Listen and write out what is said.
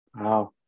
Wow